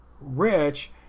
rich